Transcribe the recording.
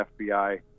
FBI